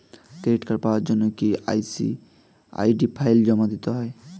Credit card পাওয়ার জন্য কি আই.ডি ফাইল জমা দিতে হবে?